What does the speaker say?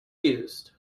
used